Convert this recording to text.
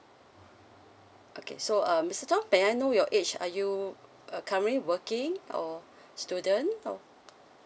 okay so um mister tom may I know your age are you uh currently working or student or